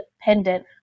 pendant